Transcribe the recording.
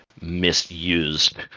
misused